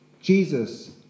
Jesus